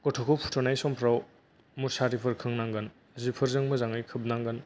गथ'खौ फुथुनाय समफ्राव मुसारिफोर खोंनांगोन जिफोरजों खोबनांगोन